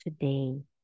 today